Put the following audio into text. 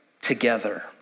together